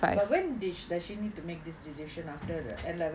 but when did does she she need to make this decision after N level